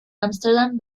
ámsterdam